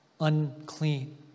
unclean